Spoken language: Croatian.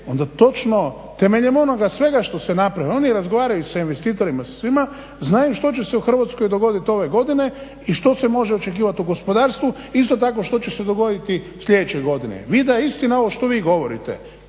onda točno temeljem onoga svega što se napravilo, oni razgovaraju sa investitorima i sa svima znaju što će se u Hrvatskoj dogoditi ove godine i što se može očekivati u gospodarstvu, isto tako što će se dogoditi sljedeće godine. Vi da je istina ovo što vi govorite